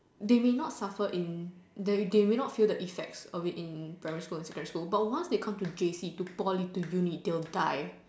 they may not suffer in they may not feel the effects of it in primary school and secondary school but once they come to Poly to J_C to uni they will die